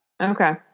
Okay